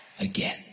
Again